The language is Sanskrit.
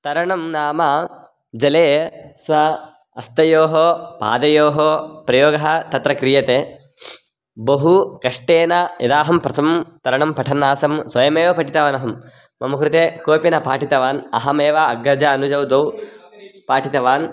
तरणं नाम जले स्वस्य हस्तयोः पादयोः प्रयोगः तत्र क्रियते बहु कष्टेन यदाहं प्रथमं तरणं पठन् आसं स्वयमेव पठितवान् अहं मम कृते कोऽपि न पाठितवान् अहमेव अग्रजम् अनुजं पाठितवान्